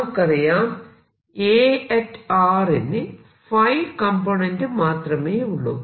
നമുക്കറിയാം Ar ന് ϕ component മാത്രമേയുള്ളൂ